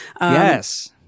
yes